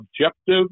objective